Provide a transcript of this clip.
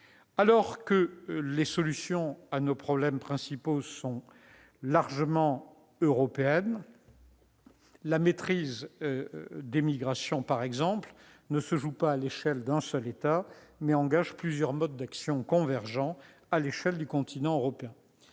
numérique. Les solutions à nos principaux problèmes sont largement européennes. La maîtrise des migrations, par exemple, ne se joue pas à l'échelle d'un seul État, mais met en oeuvre plusieurs modes d'action convergents à celle du continent européen.